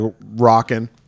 rocking